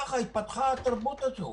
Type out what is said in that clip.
התפתחה תרבות כזאת.